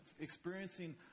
experiencing